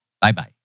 Bye-bye